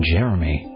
Jeremy